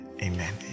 amen